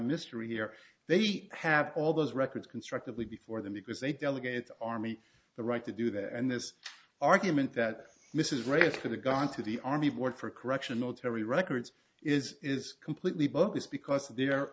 mystery here they have all those records constructively before them because they delegate the army the right to do that and this argument that this is right for the gone to the army board for correction military records is is completely bogus because there